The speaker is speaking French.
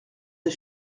des